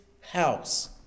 house